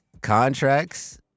contracts